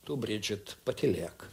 tu bridžit patylėk